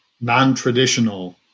non-traditional